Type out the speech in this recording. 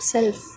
Self